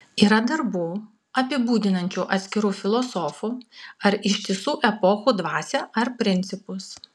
yra darbų apibūdinančių atskirų filosofų ar ištisų epochų dvasią ar principus